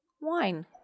wine